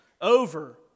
over